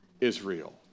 Israel